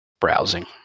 browsing